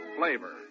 flavor